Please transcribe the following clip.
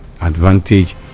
advantage